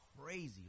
Crazy